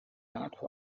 not